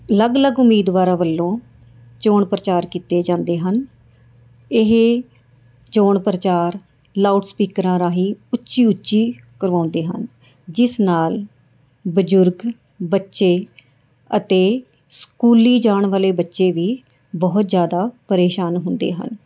ਅਲੱਗ ਅਲੱਗ ਉਮੀਦਵਾਰਾਂ ਵੱਲੋਂ ਚੋਣ ਪ੍ਰਚਾਰ ਕੀਤੇ ਜਾਂਦੇ ਹਨ ਇਹ ਚੋਣ ਪ੍ਰਚਾਰ ਲਾਊਂਡ ਸਪੀਕਰਾਂ ਰਾਹੀਂ ਉੱਚੀ ਉੱਚੀ ਕਰਵਾਉਂਦੇ ਹਨ ਜਿਸ ਨਾਲ ਬਜ਼ੁਰਗ ਬੱਚੇ ਅਤੇ ਸਕੂਲੀ ਜਾਣ ਵਾਲੇ ਬੱਚੇ ਵੀ ਬਹੁਤ ਜ਼ਿਆਦਾ ਪ੍ਰੇਸ਼ਾਨ ਹੁੰਦੇ ਹਨ